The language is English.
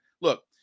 Look